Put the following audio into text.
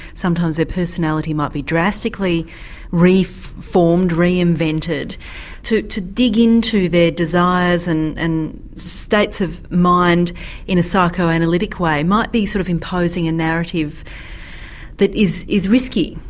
sometimes their personality might be drastically reformed, reinvented to to dig into their desires and and states of mind in a psychoanalytic way might be sort of imposing a narrative that is is risky,